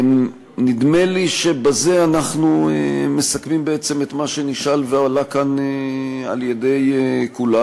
נדמה לי שבזה אנחנו מסכמים בעצם את מה שנשאל והועלה כאן על-ידי כולם.